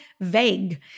vague